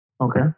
Okay